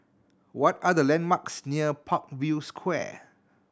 what are the landmarks near Parkview Square